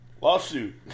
Lawsuit